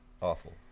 Awful